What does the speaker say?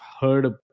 heard